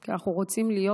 כי אנחנו רוצים להיות חלק.